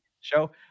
show